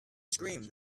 screamed